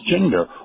gender